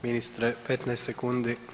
Ministre, 15 sekundi.